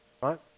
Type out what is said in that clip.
right